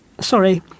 sorry